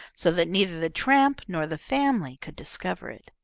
so that neither the tramp nor the family could discover it.